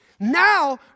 Now